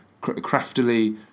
craftily